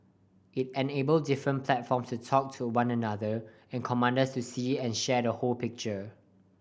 it enabled different platform to talk to one another and commanders to see and share the whole picture